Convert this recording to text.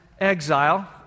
exile